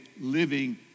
living